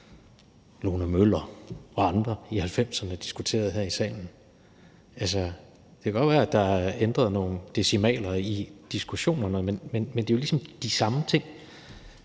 Lone Møller og andre diskuterede her i salen i 1990'erne. Det kan godt være, at der er ændret på nogle decimaler i diskussionerne, men det er ligesom de samme ting,